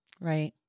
Right